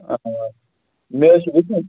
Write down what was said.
آ آ مےٚ حظ چھُ وُچھمُت